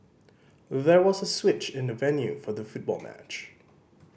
there was a switch in the venue for the football match